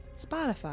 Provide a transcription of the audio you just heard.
Spotify